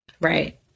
Right